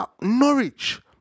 Norwich